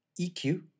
EQ